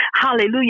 Hallelujah